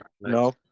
No